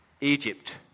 Egypt